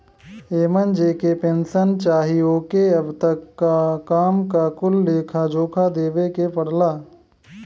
एमन जेके पेन्सन चाही ओके अब तक क काम क कुल लेखा जोखा देवे के पड़ला